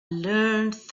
learned